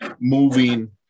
moving